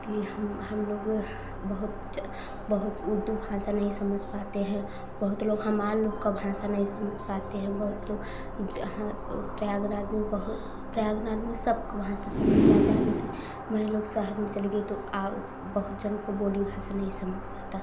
इसलिए हम हम लोग बहुत बहुत उर्दू भाषा नहीं समझ पाते हैं बहुत लोग हमार लोग का भाषा नहीं समझ पाते हैं बहुत लोग जहाँ प्रयागराज में बहुत प्रयागराज में सबकाे भाषा समझ में आता है जैसे हम ही लोग शहर में चली गई तो बहुत जल्द कोई बोली भाषा नहीं समझ पाता